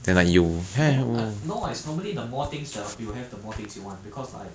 no eh no lah no what it's normally the more things the you have the more things you want because like